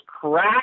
crack